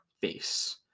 face